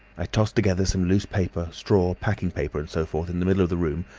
i tossed together some loose paper, straw, packing paper and so forth, in the middle of the room,